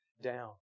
down